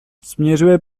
směřuje